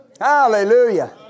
hallelujah